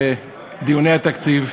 בדיוני התקציב.